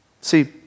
See